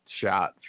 shot